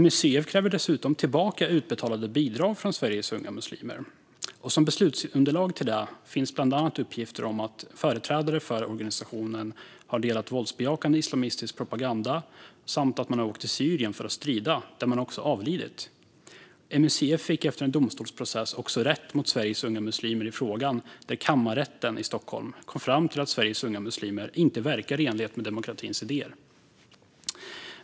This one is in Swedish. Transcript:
MUCF kräver dessutom tillbaka det bidrag som har utbetalats till Sveriges Unga Muslimer. Som beslutsunderlag för det finns bland annat uppgifter om att företrädare för organisationen har delat våldsbejakande islamistisk propaganda och att medlemmar har åkt till Syrien för att strida och avlidit där. MUCF fick efter en domstolsprocess rätt mot Sveriges Unga Muslimer. Kammarrätten i Stockholm kom fram till att Sveriges Unga Muslimer inte verkar i enlighet med demokratins idéer.